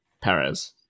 Perez